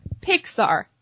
Pixar